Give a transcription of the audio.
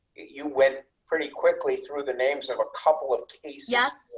you went pretty quickly through the names of a couple of yes,